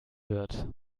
wird